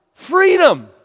Freedom